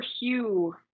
Hugh